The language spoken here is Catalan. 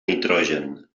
nitrogen